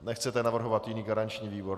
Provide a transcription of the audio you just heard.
Nechcete navrhovat jiný garanční výbor.